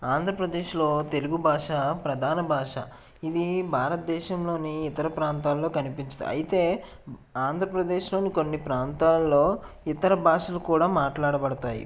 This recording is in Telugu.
ఆంధ్రప్రదేశ్లో తెలుగు భాష ప్రధాన భాష ఇది భారతదేశంలోని ఇతర ప్రాంతాలలో కనిపించదు అయితే ఆంధ్రప్రదేశ్లోని కొన్ని ప్రాంతాలలో ఇతర భాషలు కూడా మాట్లాడబడతాయి